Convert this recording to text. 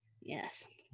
Yes